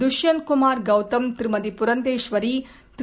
Dushyant Kumar Gautam Thirumathi Purandeswari Thiru